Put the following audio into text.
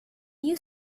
you